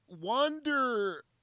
wonder